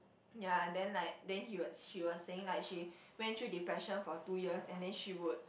ya and then like then he was she was saying like she went through depression for two years and then she would